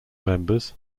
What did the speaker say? members